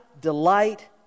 delight